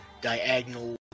diagonal